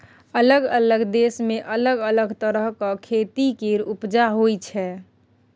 अलग अलग देश मे अलग तरहक खेती केर उपजा होइ छै